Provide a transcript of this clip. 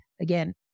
again